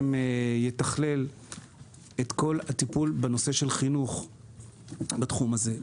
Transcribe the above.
שיתכלל את כל הטיפול בנושא של חינוך בתחום הזה.